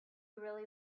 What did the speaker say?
really